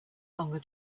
longer